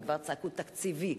וכבר צעקו: תקציבי.